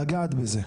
לגעת בזה.